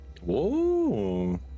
Whoa